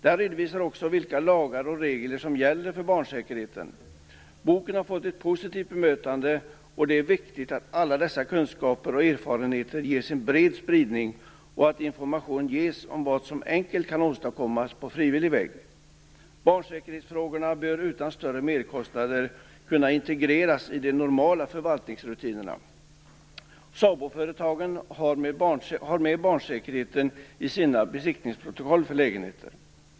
Den redovisar också vilka lagar och regler som gäller för barnsäkerheten. Boken har fått ett positivt bemötande. Det är viktigt att alla dessa kunskaper och erfarenheter ges en bred spridning och att information ges om vad som enkelt kan åstadkommas på frivillig väg. Barnsäkerhetsfrågorna bör utan större merkostnader kunna integreras i de normala förvaltningsrutinerna. SABO-företagen har med barnsäkerheten i sina besiktningsprotokoll för lägenheter.